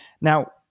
Now